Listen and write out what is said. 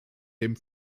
dem